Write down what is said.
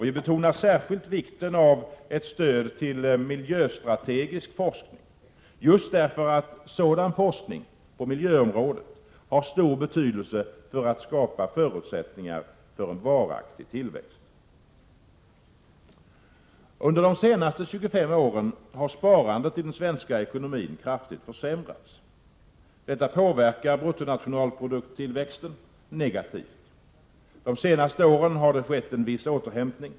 Vi betonar särskilt vikten av ett stöd till miljöstrategisk forskning, just därför att sådan forskning på miljöområdet har stor betydelse för att skapa förutsättningar för en varaktig tillväxt. Under de senaste 25 åren har sparandet i den svenska ekonomin kraftigt försämrats. Detta påverkar tillväxten av bruttonationalprodukten negativt. De senaste åren har det skett en viss återhämtning.